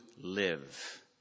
live